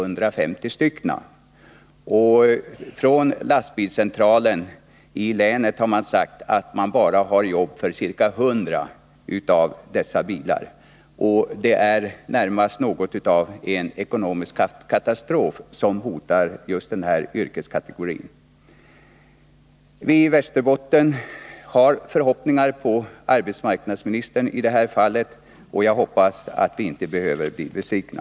Från lastbilscentralen i länet har man sagt att man bara har jobb för ca 100 av dessa. Det är därför något av en ekonomisk katastrof som hotar denna yrkeskategori. Vi i Västerbotten har förhoppningar på arbetsmarknadsministern i detta fall, och jag hoppas att vi inte behöver bli besvikna.